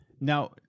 Now